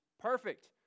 perfect